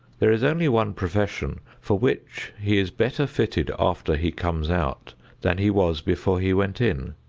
there is only one profession for which he is better fitted after he comes out than he was before he went in,